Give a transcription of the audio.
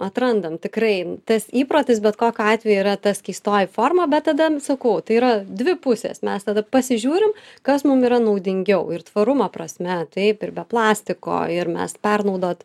atrandam tikrai tas įprotis bet kokiu atveju yra ta skystoji forma bet tada sakau tai yra dvi pusės mes tada pasižiūrim kas mum yra naudingiau ir tvarumo prasme taip ir be plastiko ir mes pernaudot